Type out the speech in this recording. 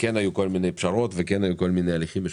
היו כל מיני פשרות והיו כל מיני הליכים משפטיים.